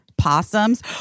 possums